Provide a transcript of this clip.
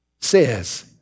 says